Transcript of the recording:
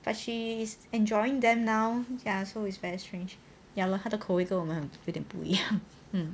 but she is enjoying them now ya so is very strange ya lor 他的口味跟我们不一样